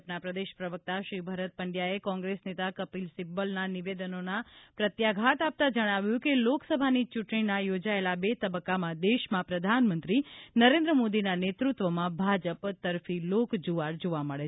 ભાજપના પ્રદેશ પ્રવક્તા શ્રી ભરતભાઈ પંડ્યાએ કોંગ્રેસ નેતા કપિલ સિબ્બલના નિવેદનનો પ્રત્યાઘાત આપતા જણાવ્યું છે કે લોકસભાની ચૂંટણીના યોજાયેલા બે તબક્કામાં દેશમાં પ્રધાનમંત્રી નરેન્દ્ર મોદીના નેતૃત્વમાં ભાજપ તરફી લોકજુવાળ જોવા મળે છે